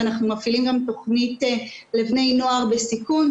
ואנחנו מפעילים גם תוכנית לבני נוער בסיכון,